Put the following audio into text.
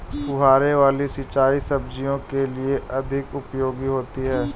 फुहारे वाली सिंचाई सब्जियों के लिए अधिक उपयोगी होती है?